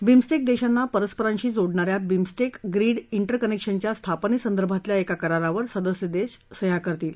BIMSTEC देशांना परस्परांशी जोडणा या बिम्स्टेक ग्रीड िरकनेक्शनच्या स्थापनेसंदर्भातल्या एका करारावर सदस्य देश सह्या करतील